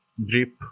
Drip